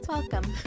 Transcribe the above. Welcome